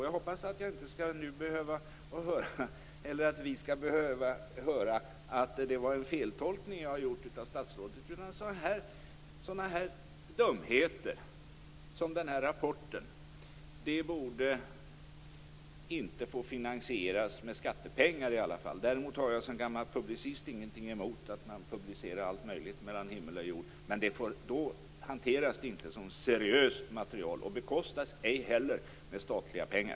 Jag hoppas att vi inte skall behöva höra att jag gjort en feltolkning av statsrådet. Sådana dumheter som denna rapport borde inte få finansieras med skattepengar. Som gammal publicist har jag inget emot att det publiceras allt möjligt mellan himmel och jord. Men då hanteras det inte som seriöst material och bekostas inte heller med statliga pengar.